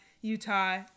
Utah